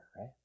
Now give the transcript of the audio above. right